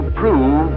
prove